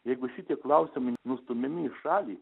jeigu šitie klausimai nustumiami į šalį